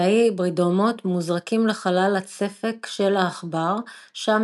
תאי ההיברידומות מוזרקים לחלל הצפק של העכבר שם